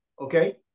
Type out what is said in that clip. okay